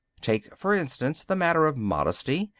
take, for instance, the matter of modesty,